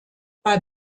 bei